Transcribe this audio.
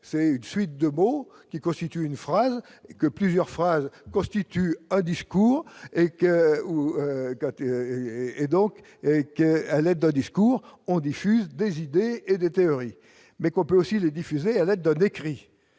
c'est une suite de mots qui constitue une phrase que plusieurs phrases constitue un discours que ou côté et et donc qu'à l'aide d'un discours on diffuse des idées et des théories, mais qu'on peut aussi le diffuser à la donne, écrit